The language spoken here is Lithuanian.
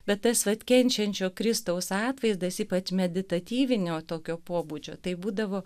bet tas vat kenčiančio kristaus atvaizdas ypač meditatyvinio tokio pobūdžio tai būdavo